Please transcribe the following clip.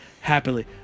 happily